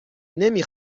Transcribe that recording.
نمی